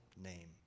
Name